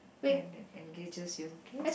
and and engages you okay